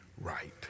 right